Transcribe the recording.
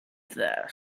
there